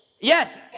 Yes